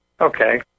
okay